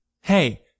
Hey